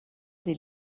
des